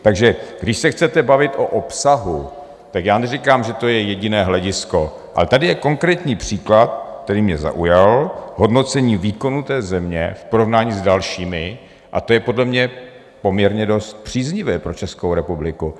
Takže když se chcete bavit o obsahu, tak já neříkám, že to je jediné hledisko, ale tady je konkrétní příklad, který mě zaujal: hodnocení výkonu té země v porovnání s dalšími, a to je podle mě poměrně dost příznivé pro Českou republiku.